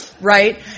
right